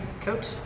coach